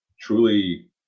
truly